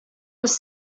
was